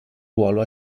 ruolo